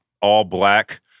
all-black